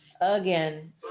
Again